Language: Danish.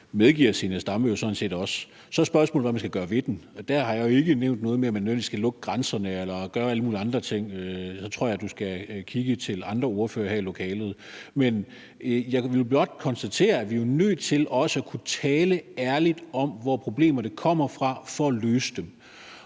medgiver Zenia Stampe jo sådan set også. Så er spørgsmålet, hvad man skal gøre ved det, og der har jeg jo ikke nævnt noget med, at man nødvendigvis skal lukke grænserne eller gøre alle mulige andre ting; så tror jeg, du skal kigge til andre ordførere her i lokalet. Men jeg vil blot konstatere, at vi er nødt til også at kunne tale ærligt om, hvor problemerne kommer fra, for at løse dem.